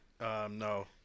No